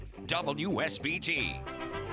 WSBT